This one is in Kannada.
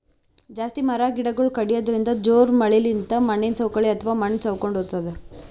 ಜಾಸ್ತಿ ಮರ ಗಿಡಗೊಳ್ ಕಡ್ಯದ್ರಿನ್ದ, ಜೋರ್ ಮಳಿಲಿಂತ್ ಮಣ್ಣಿನ್ ಸವಕಳಿ ಅಥವಾ ಮಣ್ಣ್ ಸವಕೊಂಡ್ ಹೊತದ್